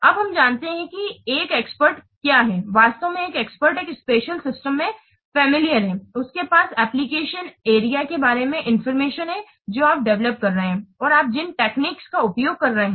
अब हम जानते हैं कि एक एक्सपर्ट क्या है वास्तव में एक एक्सपर्ट एक स्पेशल सिस्टम से फेमिलिअर है और उसके पास एप्लीकेशन अरे के बारे में इनफार्मेशन है जो आप डेवेलोपकर रहे हैं और आप जिन टेक्निक्स का उपयोग कर रहे हैं